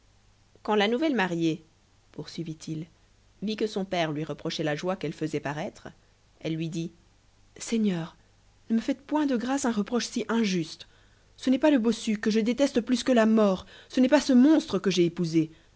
quand la nouvelle mariée poursuivit-il vit que son père lui reprochait la joie qu'elle faisait paraître elle lui dit seigneur ne me faites point de grâce un reproche si injuste ce n'est pas le bossu que je déteste plus que la mort ce n'est pas ce monstre que j'ai épousé